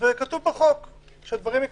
כתוב בחוק שהדברים ייקבעו.